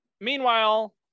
meanwhile